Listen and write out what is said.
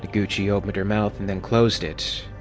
noguchi opened her mouth and then closed it.